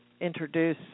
introduce